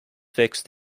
fixed